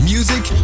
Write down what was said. Music